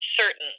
certain